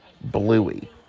bluey